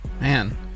Man